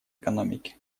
экономики